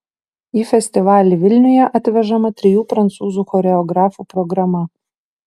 į festivalį vilniuje atvežama trijų prancūzų choreografų programa